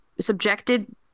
subjected